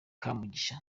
kamugisha